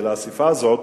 של האספה הזאת,